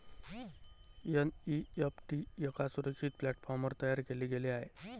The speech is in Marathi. एन.ई.एफ.टी एका सुरक्षित प्लॅटफॉर्मवर तयार केले गेले आहे